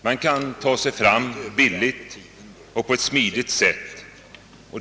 Man kan ta sig fram billigt och på ett smidigt sätt.